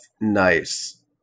nice